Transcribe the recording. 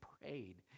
prayed